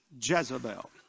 Jezebel